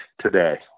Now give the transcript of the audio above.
today